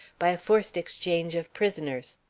by a forced exchange of prisoners.